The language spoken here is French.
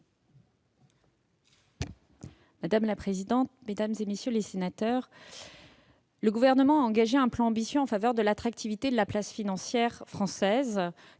Mme la secrétaire d'État. Monsieur le sénateur, le Gouvernement a engagé un plan ambitieux en faveur de l'attractivité de la place financière française,